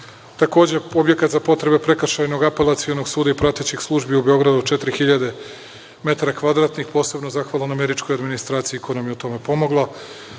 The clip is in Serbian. Takođe, objekat za potrebe Prekršajnog apelacionog suda i pratećih službi u Beogradu, 4.000 m2, posebno zahvalan američkoj administraciji koja nam je u tome pomogla.